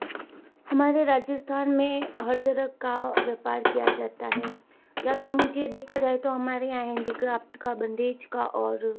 हमारे राजस्थान में हर तरह का व्यापार किया जाता है ज़्यादा मुझे देखा जाए तो हमारे यहाँ हैन्डीक्राफ़्ट का बंधेज का और